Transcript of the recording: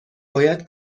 باید